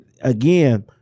again